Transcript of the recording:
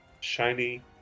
shiny